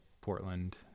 portland